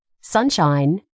sunshine